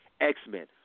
X-Men